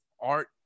art